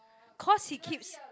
cause he keeps